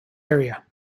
area